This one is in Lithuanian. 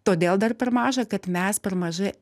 todėl dar per maža kad mes per mažai